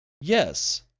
yes